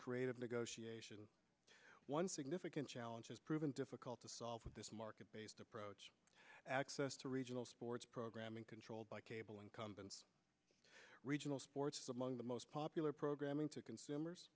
creative negotiation one significant challenge is proven difficult to solve with this market based approach access to regional sports programming controlled by cable incumbents regional sports among the most popular programming to consumers